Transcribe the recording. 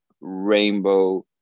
rainbow